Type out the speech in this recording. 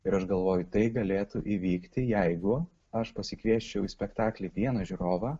ir aš galvoju tai galėtų įvykti jeigu aš pasikviesčiau į spektaklį vieną žiūrovą